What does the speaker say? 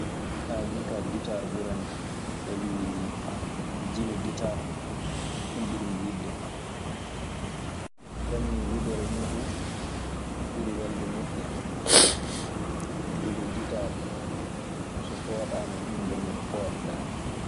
min kaa gitaar ɓuranikan. Sabii jimi gitaar, ɗun ɓurmi yiɗde. Kañun wudere muuɗun ɓuri welde noppi an. Gude gitaar so fooɗaama, mi heddoo miɗe fooɗa daande an.